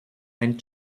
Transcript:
and